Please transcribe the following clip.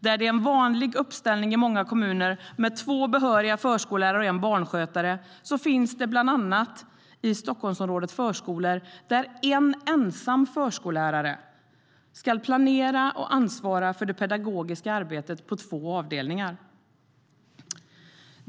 Det är en vanlig uppställning i många kommuner med två behöriga förskollärare och en barnskötare, men i bland annat Stockholmsområdet finns det förskolor där en ensam förskollärare ska planera och ansvara för det pedagogiska arbetet på två avdelningar.